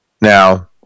Now